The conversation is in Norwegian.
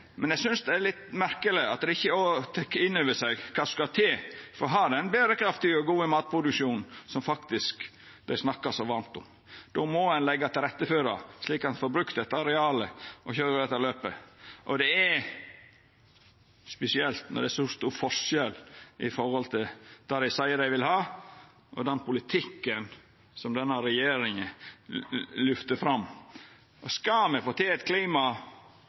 seg kva som skal til for å ha den berekraftige og gode matproduksjonen dei snakkar så varmt om. Då må ein leggja til rette for det, slik at ein får brukt dette arealet og køyrt dette løpet. Det er spesielt når det er så stor forskjell mellom det dei seier dei vil ha, og den politikken som denne regjeringa lyftar fram. Skal me få til eit